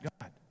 God